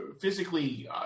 physically